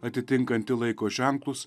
atitinkanti laiko ženklus